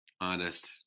honest